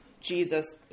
Jesus